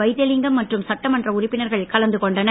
வைத்திலிங்கம் மற்றும் சட்டமன்ற உறுப்பினர்கள் கலந்து கொண்டனர்